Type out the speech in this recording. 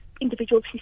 individuals